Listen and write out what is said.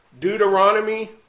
Deuteronomy